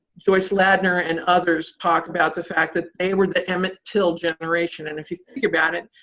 joyce ladner and others talk about the fact that they were the emmett till generation. and if you think about it,